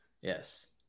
Yes